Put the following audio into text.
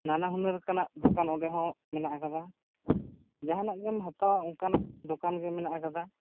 ᱱᱟᱱᱟ ᱦᱩᱱᱟᱹᱨ ᱨᱮᱠᱟᱱᱟᱜ ᱫᱚᱠᱟᱱ ᱚᱸᱰᱮ ᱦᱚᱸ ᱢᱮᱱᱟᱜ ᱟᱠᱟᱫᱟ ᱡᱟᱦᱟᱱᱟᱜ ᱜᱮᱢ ᱦᱟᱛᱟᱣᱟ ᱚᱱᱠᱟᱱᱟᱜ ᱫᱚᱠᱟᱱ ᱜᱮ ᱢᱮᱱᱟᱜ ᱟᱠᱟᱫᱟ